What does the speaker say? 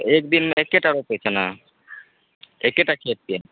एक दिनमे एकेटा रोपैत छै ने एकेटा खेतके